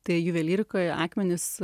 tai juvelyrikoje akmenys